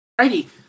righty